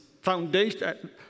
foundation